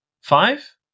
five